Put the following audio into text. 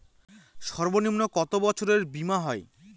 সর্বনিম্ন কত বছরের বীমার হয়?